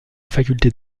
faculté